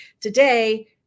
Today